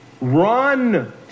Run